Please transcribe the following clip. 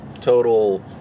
total